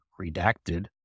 redacted